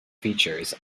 features